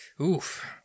Oof